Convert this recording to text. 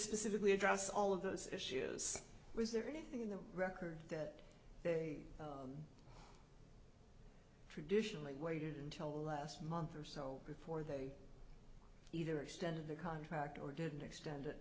specifically address all of those issues was there anything in the record that they traditionally waited until the last month or so before they either extended the contract or didn't extend